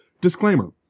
Disclaimer